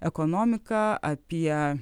ekonomiką apie